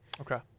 Okay